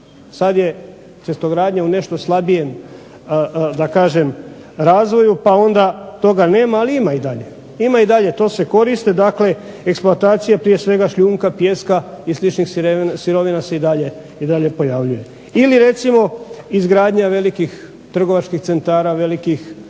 Sad je cestogradnja u nešto slabijem da kažem razvoju, pa onda toga nema, ali ima i dalje. Ima i dalje, to se koriste. Dakle eksploatacija prije svega šljunka, pijeska i sličnih sirovina se i dalje pojavljuje. Ili recimo izgradnja velikih trgovačkih centara, velikih